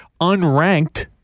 unranked